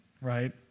right